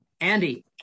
andy